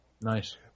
Nice